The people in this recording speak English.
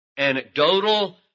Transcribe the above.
anecdotal